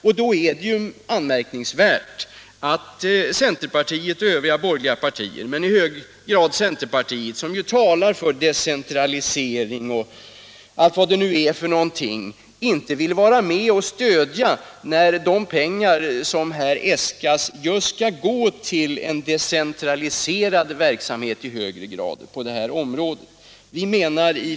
Det Torsdagen den är anmärkningsvärt att de borgerliga partierna, kanske framför allt cen 10 mars 1977 terpartiet som ju talar för decentralisering och annat i den riktningen, inte vill vara med och stödja vårt förslag, när de pengar som äskats = Anslag till allmänna skall gå just till en i högre grad än tidigare decentraliserad verksamhet = kulturändamål, på det här området.